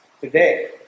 today